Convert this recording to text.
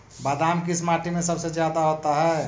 बादाम किस माटी में सबसे ज्यादा होता है?